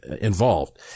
involved